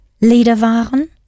Lederwaren